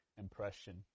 impression